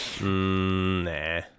Nah